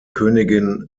königin